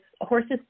horses